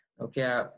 Okay